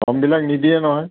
ফৰ্মবিলাক নিদিয়ে নহয়